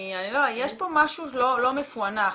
יש פה משהו לא מפוענח.